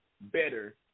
better